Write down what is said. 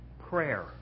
prayer